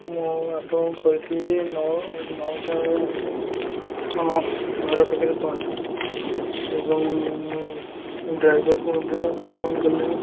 ମୁଁ ଆପଣଙ୍କୁ କହିଥିଲି ଯେ ନଅ ନଅଟା ବେଳେ ଆସିବେ ଆମ ଘର ପାଖରେ ପହଞ୍ଚିବେ ଏବଂ ମୁଁ ଡ୍ରାଇଭର୍କୁ ମଧ୍ୟ ଫୋନ୍ କଲିଣି